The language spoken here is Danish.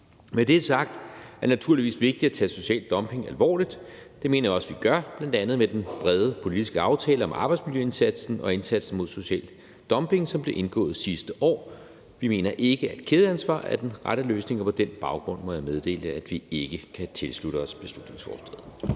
Med det sagt er det naturligvis vigtigt at tage social dumping alvorligt. Det mener jeg også at vi gør, bl.a. med den brede politiske aftale om arbejdsmiljøindsatsen og indsatsen mod social dumping, som blev indgået sidste år. Vi mener ikke, at kædeansvar er den rette løsning, og på den baggrund må jeg meddele, at vi ikke kan tilslutte os beslutningsforslaget.